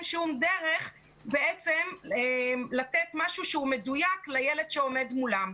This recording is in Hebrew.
שום דרך לתת משהו שהוא מדויק לילד שעומד מולם.